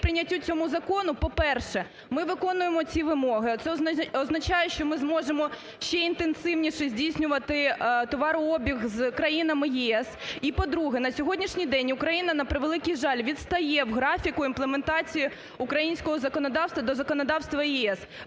прийняттю цього закону, по-перше, ми виконуємо ці вимоги, це означає, що ми зможемо ще інтенсивніше здійснювати товарообіг з країнами ЄС. І, по-друге, на сьогоднішній день Україна, на превеликий жаль, відстає в графіку імплементації українського законодавства до законодавства ЄС.